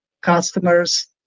customers